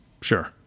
Sure